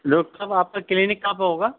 doctor صاحب آپ کا کلینک کہاں پہ ہوگا